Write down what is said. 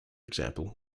example